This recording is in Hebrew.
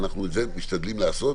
ואנחנו את זה משתדלים לעשות,